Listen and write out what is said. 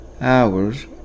hours